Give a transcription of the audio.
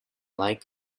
like